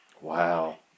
Wow